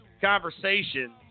conversation